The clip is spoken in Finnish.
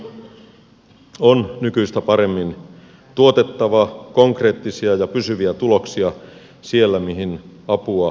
kehitysavun on nykyistä paremmin tuotettava konkreettisia ja pysyviä tuloksia siellä mihin apua kohdennetaan